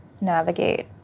navigate